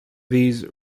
these